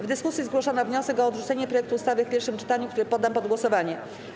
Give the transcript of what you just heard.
W dyskusji zgłoszono wniosek o odrzucenie projektu ustawy w pierwszym czytaniu, który poddam pod głosowanie.